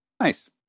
Nice